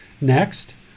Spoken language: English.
Next